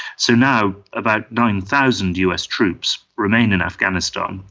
so now about nine thousand us troops remain in afghanistan,